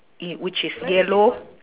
in which is yellow